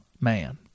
man